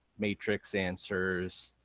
matrix answers,